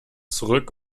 zurück